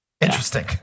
interesting